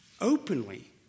openly